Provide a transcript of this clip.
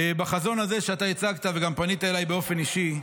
בחזון הזה שאתה הצגת, וגם פנית אליי באופן אישי,